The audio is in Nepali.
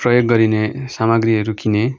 प्रयोग गरिने सामाग्रीहरू किनेँ